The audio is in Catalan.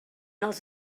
els